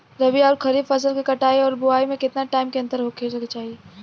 रबी आउर खरीफ फसल के कटाई और बोआई मे केतना टाइम के अंतर होखे के चाही?